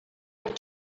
look